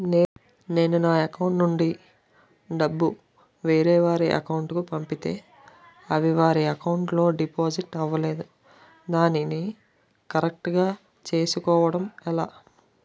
నేను నా అకౌంట్ నుండి డబ్బు వేరే వారి అకౌంట్ కు పంపితే అవి వారి అకౌంట్ లొ డిపాజిట్ అవలేదు దానిని కరెక్ట్ చేసుకోవడం ఎలా?